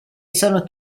sono